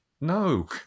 no